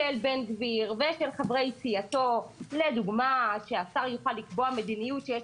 של בן גביר ושל חברי סיעתו לדוגמה שהשר יוכל לקבוע מדיניות כשיש